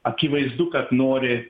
akivaizdu kad nori